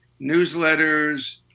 newsletters